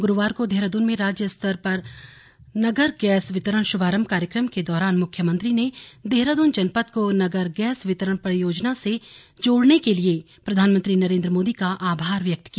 गुरुवार को देहरादून में राज्य स्तर पर नगर गैस वितरण शुभारम्भ कार्यक्रम के दौरान मुख्यमंत्री ने देहरादून जनपद को नगर गैस वितरण परियोजना से जोड़ने के लिए प्रधानमंत्री नरेन्द्र मोदी का आभार व्यक्त किया